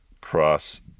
cross